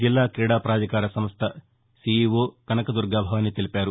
జిల్లా క్రీడాపాధికార సంస్ట సీఈఓ కనక దుర్గా భవాని తెలిపారు